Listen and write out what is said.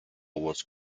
was